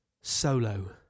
solo